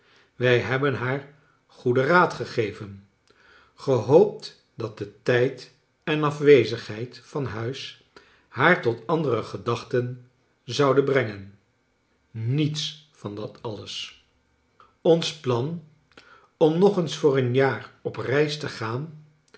wij hebben haar goeden raad gegeven gehoopt dat de tijd en afwezigheid van huis haar tot andere gedachten zouden brengen niets van dat alles ons plan om nog eens voor een jaar op reis te gaan